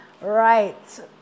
Right